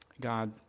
God